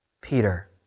Peter